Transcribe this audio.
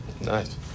Nice